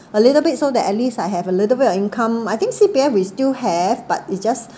a little bit so that at least I have a little bit of income I think C_P_F we still have but we just